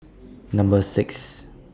Number six